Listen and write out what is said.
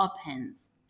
opens